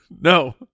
No